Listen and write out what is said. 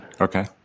Okay